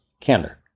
Candor